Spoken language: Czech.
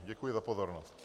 Děkuji za pozornost.